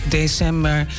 december